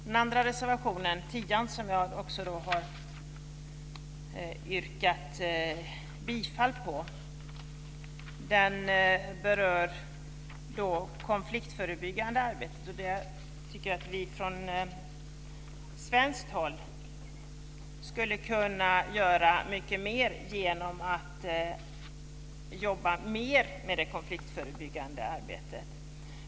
Den andra reservationen, reservation 10 som jag också har yrkat bifall till, berör konfliktförebyggande arbete. Där tycker jag att vi från svenskt håll skulle kunna göra mycket mer genom att jobba mer med det konfliktförebyggande arbetet.